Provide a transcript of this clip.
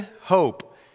hope